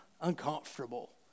uncomfortable